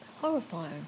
horrifying